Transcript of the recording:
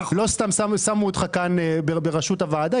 לא סתם שמו אותך כאן בראשות הוועדה.